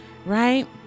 right